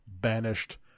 banished